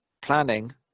planning